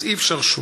אז אי-אפשר שוב.